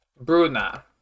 Bruna